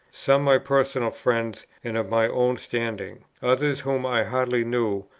some my personal friends and of my own standing, others whom i hardly knew,